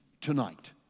tonight